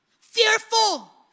Fearful